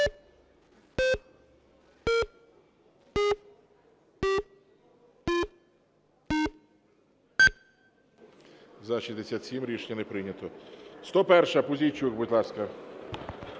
За-67 Рішення не прийнято. 101-а. Пузійчук, будь ласка.